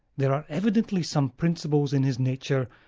there are evidently some principles in his nature,